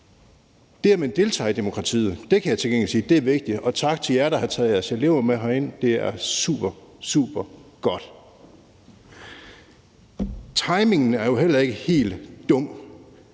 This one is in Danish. Det, at man deltager i demokratiet, kan jeg til gengæld sige er vigtigt, og tak til jer, der har taget jeres elever med herind, det er supersupergodt. Timingen er jo heller ikke helt dum,